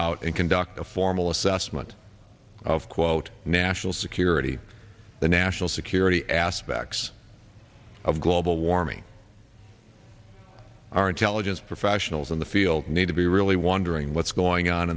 out and conduct a formal assessment of quote national security the national security aspects of global warming our intelligence professionals in the field need to be really wondering what's going on